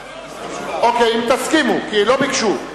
אוקיי, אם תסכימו, כי לא ביקשו.